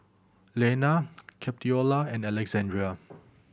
Leanna Capitola and Alexandrea